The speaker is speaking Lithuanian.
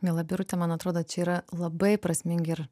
miela birute man atrodo čia yra labai prasmingi ir